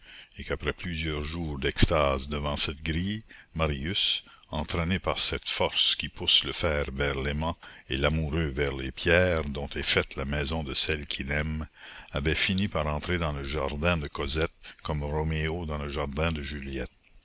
et qu'après plusieurs jours d'extase devant cette grille marius entraîné par cette force qui pousse le fer vers l'aimant et l'amoureux vers les pierres dont est faite la maison de celle qu'il aime avait fini par entrer dans le jardin de cosette comme roméo dans le jardin de juliette